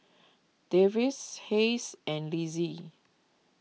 Davids Hays and Linzy